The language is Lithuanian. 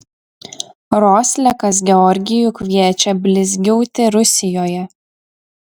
roslekas georgijų kviečia blizgiauti rusijoje